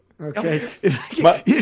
Okay